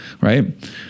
right